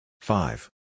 five